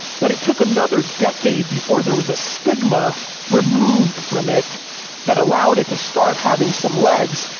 but it took another decade before there was a stigma removed from it that allowed it to start having some legs,